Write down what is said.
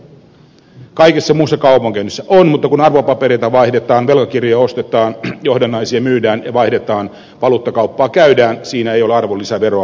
kaikessa muussa kaupankäynnissä on mutta kun arvopapereita vaihdetaan velkakirja ostetaan johdannaisia myydään ja vaihdetaan valuuttakauppaa käydään siinä ei ole arvonlisäveroa mukana